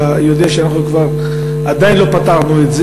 אתה יודע שאנחנו עדיין לא פתרנו את זה,